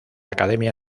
academia